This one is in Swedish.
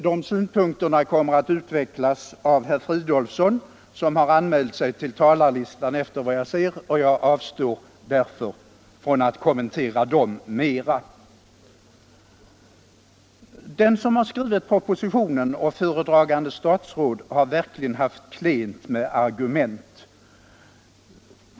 De synpunkterna kommer att utvecklas av herr Fridolfsson, som efter vad jag ser har anmält sig på talarlistan, och jag avstår därför från att kommentera dem mera. Den som skrivit propositionen och föredragande statsrådet har verkligen haft klent med argument.